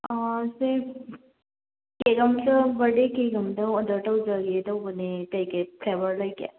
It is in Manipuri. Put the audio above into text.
ꯁꯥꯔ ꯀꯩꯅꯣꯝꯇ ꯕꯔꯊꯗꯦ ꯀꯦꯛ ꯑꯃꯇ ꯑꯣꯔꯗꯔ ꯇꯧꯖꯒꯦ ꯇꯧꯕꯅꯦ ꯀꯩꯀꯩ ꯐ꯭ꯂꯦꯚꯔ ꯂꯩꯒꯦ